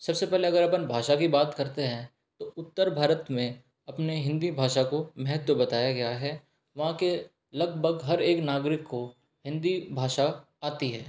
सबसे पहले हम भाषा की बात करते हैं तो उत्तर भारत में अपने हिंदी भाषा को महत्व बताया गया है वहाँ के लगभग हर एक नागरिक को हिंदी भाषा आती है